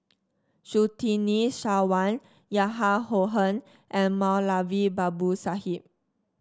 Surtini Sarwan Yahya and Moulavi Babu Sahib